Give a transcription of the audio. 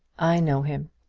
i know him.